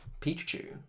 Pikachu